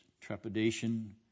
trepidation